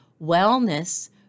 wellness